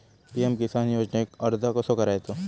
PM Kisan योजनेक अर्ज कसो करायचो?